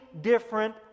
different